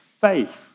faith